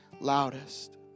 loudest